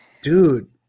Dude